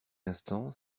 instant